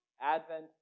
Advent